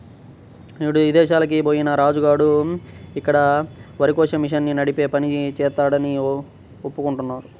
నిరుడు ఇదేశాలకి బొయ్యిన రాజు గాడు అక్కడ వరికోసే మిషన్ని నడిపే పని జేత్తన్నాడని చెప్పుకుంటున్నారు